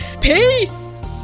Peace